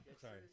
sorry